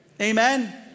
amen